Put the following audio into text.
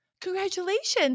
Congratulations